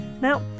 now